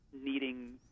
needing